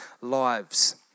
lives